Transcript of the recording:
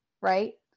right